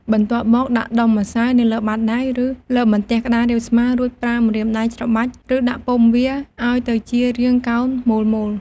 បន្ទាប់មកដាក់ដុំម្សៅនៅលើបាតដៃ ឬលើបន្ទះក្តាររាបស្មើ រួចប្រើម្រាមដៃច្របាច់ ឬដាក់ពុម្ពវាឱ្យទៅជារាងកោណមូលៗ។